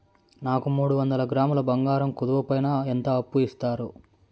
నాకు మూడు వందల గ్రాములు బంగారం కుదువు పైన ఎంత అప్పు ఇస్తారు?